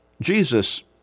Jesus